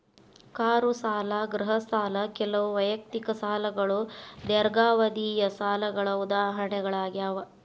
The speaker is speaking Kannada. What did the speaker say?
ಕಾರು ಸಾಲ ಗೃಹ ಸಾಲ ಮತ್ತ ಕೆಲವು ವೈಯಕ್ತಿಕ ಸಾಲಗಳು ದೇರ್ಘಾವಧಿಯ ಸಾಲಗಳ ಉದಾಹರಣೆಗಳಾಗ್ಯಾವ